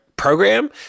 Program